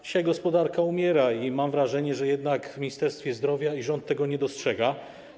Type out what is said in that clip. Dzisiaj gospodarka umiera i mam wrażenie, że jednak Ministerstwo Zdrowia i rząd tego nie dostrzegają.